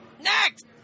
Next